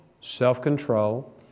self-control